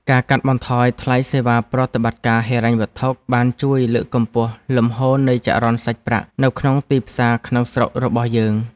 ការកាត់បន្ថយថ្លៃសេវាប្រតិបត្តិការហិរញ្ញវត្ថុបានជួយលើកកម្ពស់លំហូរនៃចរន្តសាច់ប្រាក់នៅក្នុងទីផ្សារក្នុងស្រុករបស់យើង។